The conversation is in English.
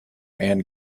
and